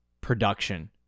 production